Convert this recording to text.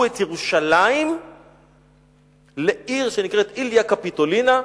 את ירושלים לעיר שנקראת איליה קפיטולינה.